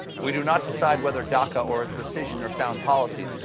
we do not decide whether daca or its rescission are sound policies,